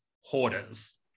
hoarders